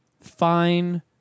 fine